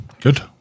Good